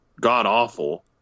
god-awful